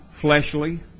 fleshly